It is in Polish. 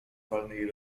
walnej